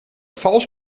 vals